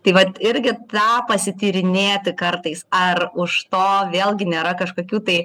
tai vat irgi tą pasityrinėti kartais ar už to vėlgi nėra kažkokių tai